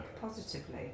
positively